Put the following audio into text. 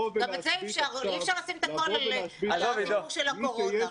אי אפשר לשים את הכול על הסיפור של הקורונה.